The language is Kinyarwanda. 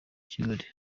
kigali